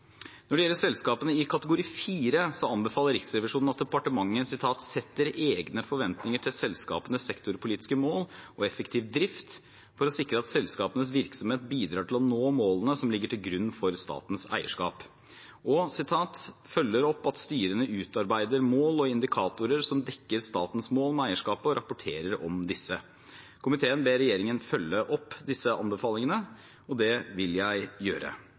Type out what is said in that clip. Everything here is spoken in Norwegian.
Når det gjelder selskapene i kategori 4, anbefaler Riksrevisjonen at departementene «setter egne forventninger til selskapenes sektorpolitiske mål og effektiv drift, for å sikre at selskapenes virksomhet bidrar til å nå målene som ligger til grunn for statens eierskap», og «følger opp at styrene utarbeider mål og indikatorer som dekker statens mål med eierskapet, og rapporterer om disse». Komiteen ber regjeringen følge opp disse anbefalingene, og det vil jeg gjøre.